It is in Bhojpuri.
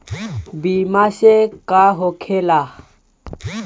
बीमा से का होखेला?